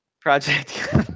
Project